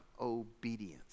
obedience